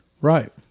right